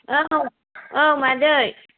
औ औ मादै